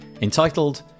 entitled